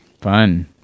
Fun